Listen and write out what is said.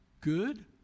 good